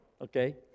okay